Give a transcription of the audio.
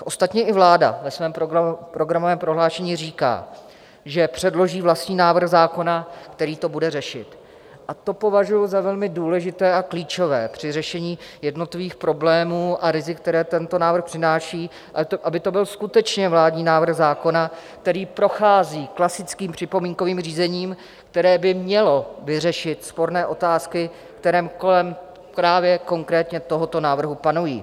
Ostatně i vláda ve svém programovém prohlášení říká, že předloží vlastní návrh zákona, který to bude řešit, a to považuji za velmi důležité a klíčové při řešení jednotlivých problémů a rizik, které tento návrh přináší, aby to byl skutečně vládní návrh zákona, který prochází klasickým připomínkovým řízením, které by mělo vyřešit sporné otázky, které kolem právě konkrétně tohoto návrhu panují.